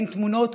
אין תמונות,